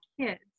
kids